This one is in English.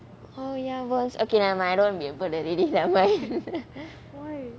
oh ya worms okay never mind I don't want to be a bird already never mind